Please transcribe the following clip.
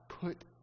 put